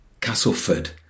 Castleford